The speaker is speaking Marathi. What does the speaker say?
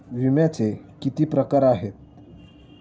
विम्याचे किती प्रकार आहेत?